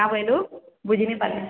କାଣା କହିଲୁ ବୁଝିନାଇଁ ପାର୍ମା